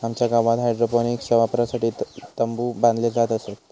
आमच्या गावात हायड्रोपोनिक्सच्या वापरासाठी तंबु बांधले जात असत